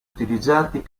utilizzati